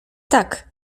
tak